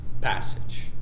passage